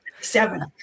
Seven